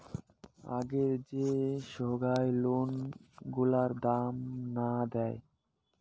আগের যে সোগায় লোন গুলার দাম না দেয়